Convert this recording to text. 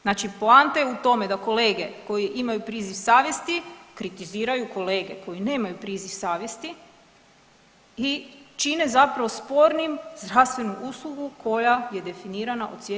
Znači poanta je u tome da kolege koji imaju priziv savjesti kritiziraju kolege koji nemaju priziv savjesti i čine zapravo spornim zdravstvenu uslugu koja je definirana od SZO-a na dalje.